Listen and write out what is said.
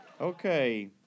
Okay